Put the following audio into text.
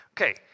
Okay